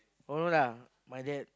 no lah my dad